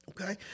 okay